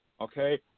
Okay